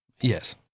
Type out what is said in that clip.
Yes